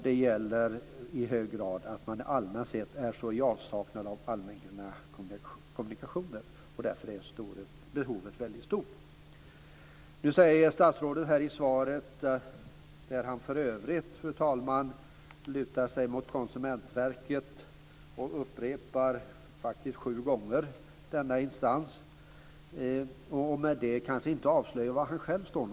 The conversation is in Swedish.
Det gäller i hög grad också att man är i avsaknad av allmänna kommunikationer och att behovet därför är väldigt stort. I svaret, fru talman, lutar sig statsrådet mot Konsumentverket. Han nämner faktiskt denna instans sju gånger. Med det kanske han inte avslöjar var han själv står.